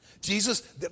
Jesus